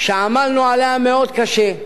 שעמלנו עליה מאוד קשה.